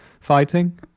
fighting